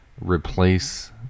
replace